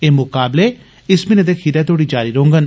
एह मुकाबले इस म्हीने दी खीरै तोड़ी जारी रौहंगन